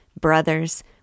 Brothers